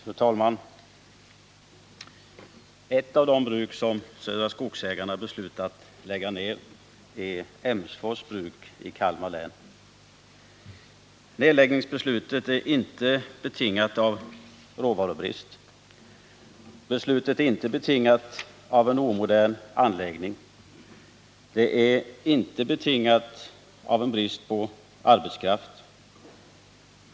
Fru talman! Ett av de bruk som Södra Skogsägarna beslutat lägga ned är Emsfors bruk i Kalmar län. Nedläggningsbeslutet är inte betingat av råvarubrist. Beslutet är inte betingat av en omodern anläggning. Det är inte betingat av brist på arbetskraft.